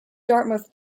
dartmouth